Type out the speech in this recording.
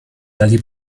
dati